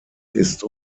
ist